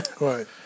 Right